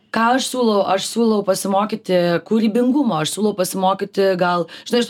ką aš siūlau aš siūlau pasimokyti kūrybingumo aš siūlau pasimokyti gal žinai aš